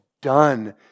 done